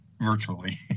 virtually